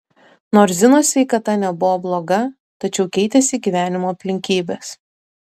nors zinos sveikata nebuvo bloga tačiau keitėsi gyvenimo aplinkybės